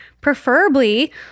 Preferably